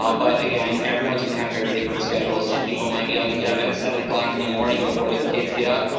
um but again, everyone's gonna have very different schedules. some people might be able to get up at seven o'clock in the morning before their kids get up.